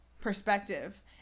perspective